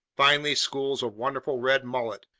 finally schools of wonderful red mullet,